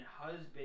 Husband